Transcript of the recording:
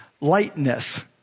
lightness